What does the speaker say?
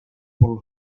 por